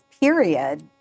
period